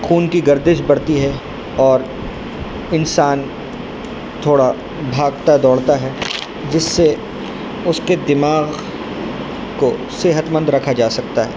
خون کی گردش بڑھتی ہے اور انسان تھوڑا بھاگتا دوڑتا ہے جس سے اس کے دماغ کو صحت مند رکھا جا سکتا ہے